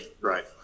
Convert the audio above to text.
right